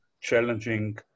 challenging